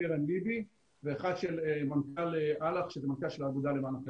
קרן לב"י ואחד מנכ"ל אל"ח שהוא מנכ"ל של האגודה למען החייל.